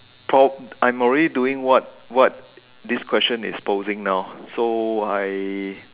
prob~ I am already doing what this question is posing now so I